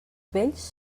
vells